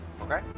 Okay